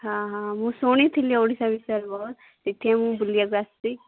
ହଁ ହଁ ମୁଁ ଶୁଣିଥିଲି ଓଡ଼ିଶା ବିଷୟରେ ବହୁତ ସେଥିପାଇଁ ମୁଁ ବୁଲିବାକୁ ଆସିଛି